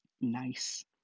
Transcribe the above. nice